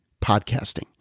podcasting